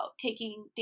taking